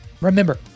remember